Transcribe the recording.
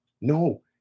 No